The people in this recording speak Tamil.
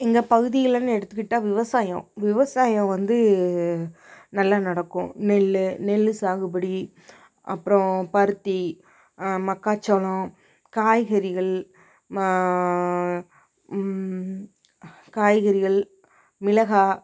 எங்க பகுதியிலேன்னு எடுத்துக்கிட்டால் விவசாயம் விவசாயம் வந்து நல்லா நடக்கும் நெல் நெல் சாகுபடி அப்புறோம் பருத்தி மக்காச்சோளம் காய்கறிகள் காய்கறிகள் மிளகாய்